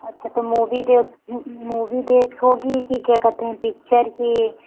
अच्छा तो मूवी देख मूवी देखोगी कि क्या कहते हैं पिच्चर भी